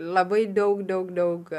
labai daug daug daug